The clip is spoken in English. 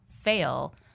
fail